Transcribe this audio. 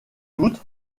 doute